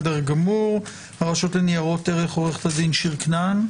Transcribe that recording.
הרשות לניירות ערך עו"ד שיר-כנען.